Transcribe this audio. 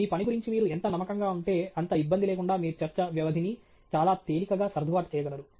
మీ పని గురించి మీరు ఎంత నమ్మకంగా ఉంటే అంత ఇబ్బంది లేకుండా మీ చర్చా వ్యవధిని చాలా తేలికగా సర్దుబాటు చేయగలరు